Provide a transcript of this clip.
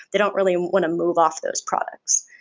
they don't really want to move off those products.